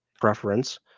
preference